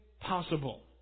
possible